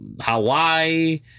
Hawaii